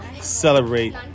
celebrate